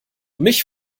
mich